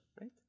right